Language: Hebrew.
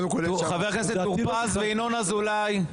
חברי הכנסת טור פז וינון אזולאי.